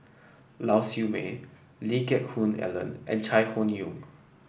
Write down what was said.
Lau Siew Mei Lee Geck Hoon Ellen and Chai Hon Yoong